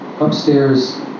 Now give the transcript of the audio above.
Upstairs